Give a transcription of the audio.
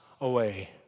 away